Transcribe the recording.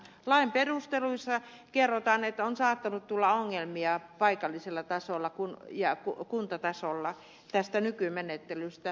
lain perusteluissa kerrotaan että on saattanut tulla ongelmia paikallisella tasolla ja kuntatasolla tästä nykymenettelystä